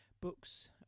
books